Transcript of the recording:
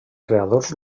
creadors